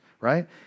right